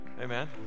Amen